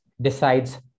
decides